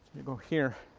you go here,